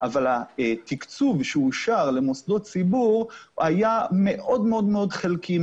אבל התקצוב שאושר למוסדות ציבור היה מאוד מאוד חלקי,